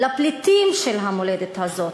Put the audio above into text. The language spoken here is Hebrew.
לפליטים של המולדת הזאת.